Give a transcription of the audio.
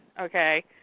Okay